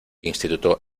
instituto